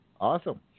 Awesome